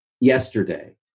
yesterday